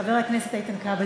חבר הכנסת איתן כבל,